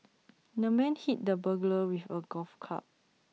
the man hit the burglar with A golf club